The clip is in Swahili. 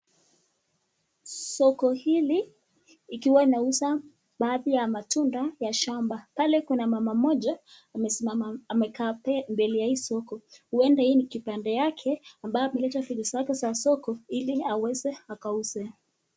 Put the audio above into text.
Soko hili ikiwa inausa badhii ya matunda ya shamba pale kuna mama mmoja amekaa mbele ya hizo matunda huenda hiyo ni kipanda yake ambayo vitu zake sake za soko ili aweze akausa.